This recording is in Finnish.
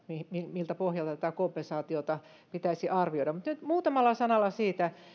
miltä pohjalta tätä kompensaatiota pitäisi arvioida mutta nyt muutamalla sanalla siitä